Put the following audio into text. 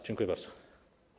Dziękuję bardzo.